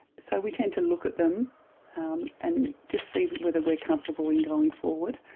so we tend to look at them um and just see whether we're comfortable in going forward.